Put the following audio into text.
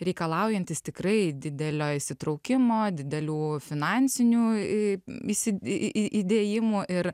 reikalaujantis tikrai didelio įsitraukimo didelių finansinių į isi į į į įdėjimų ir